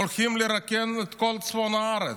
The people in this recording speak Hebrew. הולכים לרוקן את כל צפון הארץ.